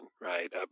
right